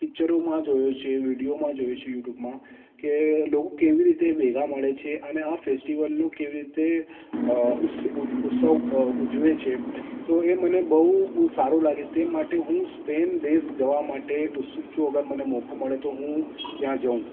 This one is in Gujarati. પિક્ચરોમાં જોયું છે વિડિયોમાં જોયું છે યુટ્યુબમાં કે લોકો કેવી રીતે ભેગા મળે છે અને આ ફેસ્ટિવલનું કેવી રીતે ઉત્સવ ઉજવે છે તો એ મને બહુ સારું લાગે છે તે માટે હું સ્પેન દેશ જવા માટે ઉત્સુક છું અગર મને મોકો મળે તો હું ત્યાં જાઉં